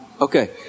Okay